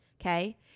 okay